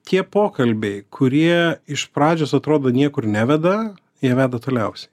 tie pokalbiai kurie iš pradžios atrodo niekur neveda jie veda toliausiai